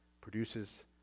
produces